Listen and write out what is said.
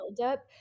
buildup